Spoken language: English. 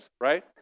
right